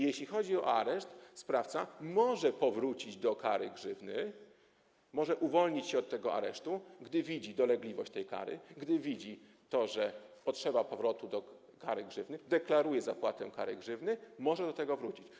Jeśli chodzi o areszt, sprawca może powrócić do kary grzywny, może uwolnić się od tego aresztu, gdy widzi dolegliwość tej kary, gdy widzi potrzebę powrotu do kary grzywny, deklaruje zapłatę kary grzywny, może do tego wrócić.